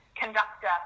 conductor